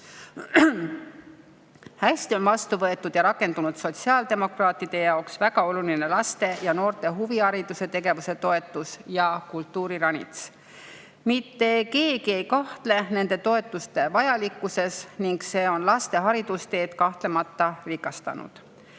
Hästi on vastu võetud ja rakendunud sotsiaaldemokraatide jaoks väga oluline laste ja noorte huvihariduse ja ‑tegevuse toetus ja kultuuriranits. Mitte keegi ei kahtle nende toetuste vajalikkuses ning see on laste haridusteed kahtlemata rikastanud.